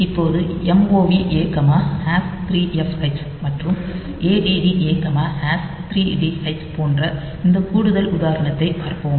இப்போது MOV A 3Fh மற்றும் ADD A D3h போன்ற இந்த கூடுதல் உதாரணத்தைப் பார்ப்போம்